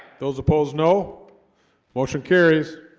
those opposed no motion carries